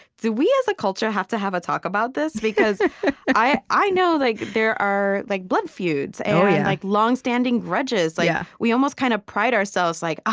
do we, as a culture, culture, have to have a talk about this? because i i know like there are like blood feuds and yeah like longstanding grudges. like yeah we almost kind of pride ourselves, like, ah,